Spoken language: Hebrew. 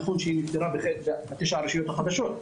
נכון שהיא נפתרה בתשע הרשויות החדשות,